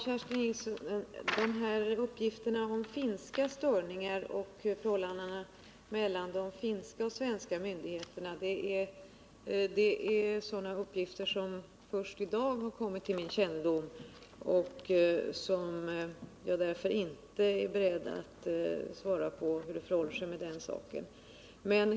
Herr talman! Uppgifterna om finska störningar har först i dag kommit till min kännedom, och jag är därför inte beredd att svara på hur det förhåller sig härmed.